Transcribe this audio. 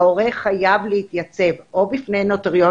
ההורה חייב להתייצב או בפני נוטריון